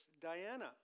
Diana